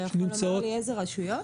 אתה יכול לומר לי איזה רשויות?